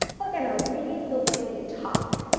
we're gonna read the way we talk.